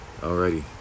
Alrighty